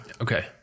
Okay